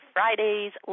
Fridays